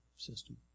System